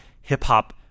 hip-hop